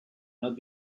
not